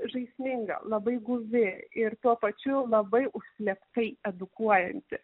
žaisminga labai guvi ir tuo pačiu labai užslėptai edukuojanti